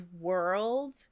world